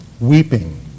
weeping